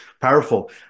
Powerful